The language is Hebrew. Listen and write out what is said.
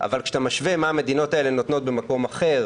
אבל כשאתה משווה מה המדינות האלה נותנות במקום אחר,